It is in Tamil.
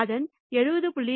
அதன் 70